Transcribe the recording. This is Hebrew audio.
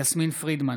יסמין פרידמן,